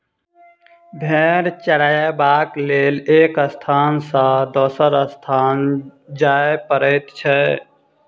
भेंड़ चरयबाक लेल एक स्थान सॅ दोसर स्थान जाय पड़ैत छै